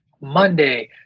Monday